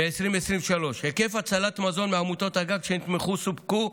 ב-2023 היקף הצלת מזון מעמותות הגג שנתמכו: סופקו,